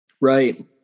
Right